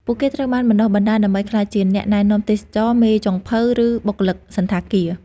ពួកគេត្រូវបានបណ្តុះបណ្តាលដើម្បីក្លាយជាអ្នកណែនាំទេសចរណ៍ មេចុងភៅ ឬបុគ្គលិកសណ្ឋាគារ។